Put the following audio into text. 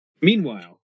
meanwhile